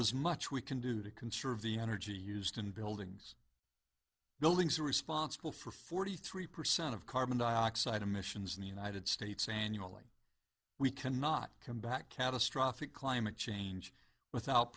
is much we can do to conserve the energy used in buildings buildings responsible for forty three percent of carbon dioxide emissions in the united states annually we cannot combat catastrophic climate change without